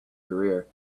career